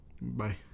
Bye